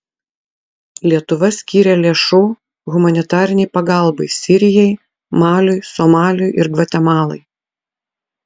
lietuva skyrė lėšų humanitarinei pagalbai sirijai maliui somaliui ir gvatemalai